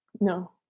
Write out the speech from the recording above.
No